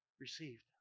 received